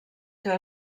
que